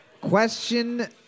Question